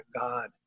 God